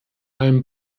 allem